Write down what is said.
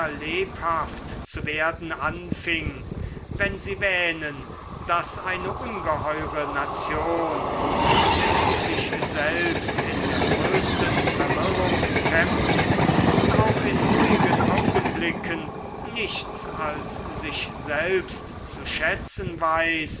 lebhaft zu werden anfing wenn sie wähnen daß eine ungeheure nation die mit sich selbst in der größten verwirrung kämpft und auch in ruhigen augenblicken nichts als sich selbst zu schätzen weiß